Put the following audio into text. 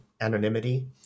anonymity